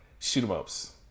shoot-'em-ups